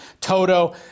Toto